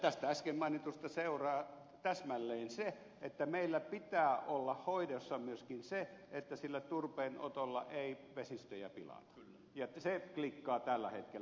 tästä äsken mainitusta seuraa täsmälleen se että meillä pitää olla hoidossa myöskin se että sillä turpeenotolla ei vesistöjä pilata ja se klikkaa tällä hetkellä